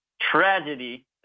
tragedy